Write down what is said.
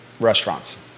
Restaurants